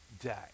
day